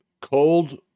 cold